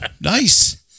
Nice